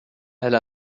elle